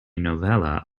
novella